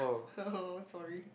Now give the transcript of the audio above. sorry